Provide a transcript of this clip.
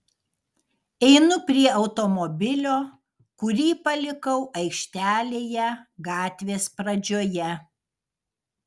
einu prie automobilio kurį palikau aikštelėje gatvės pradžioje